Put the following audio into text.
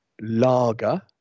lager